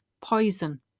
poison